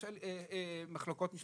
יש מחלוקות משפטיות.